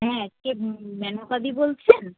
হ্যাঁ কে মেনকা দি বলছেন